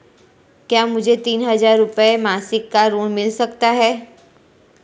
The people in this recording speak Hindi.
क्या मुझे तीन हज़ार रूपये मासिक का ऋण मिल सकता है?